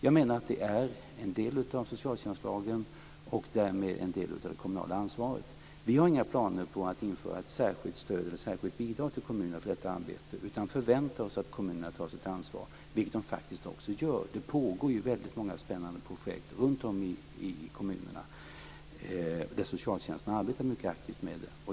Jag menar att det är en del av det som regleras av socialtjänstlagen och därmed en del av det kommunala ansvaret. Vi har inga planer på att införa ett särskilt stöd eller särskilt bidrag till kommunerna för detta arbete. Vi förväntar oss att kommunerna tar sitt ansvar, vilket de faktiskt också gör. Det pågår väldigt många spännande projekt runtom i kommunerna där socialtjänsten arbetar mycket aktivt.